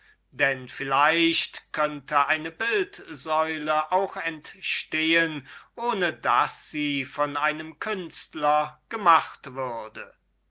denn vielleicht könnt eine bildsäule auch entstehn ohne daß sie von einem künstler gemacht würde